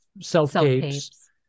self-tapes